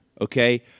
okay